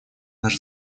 наш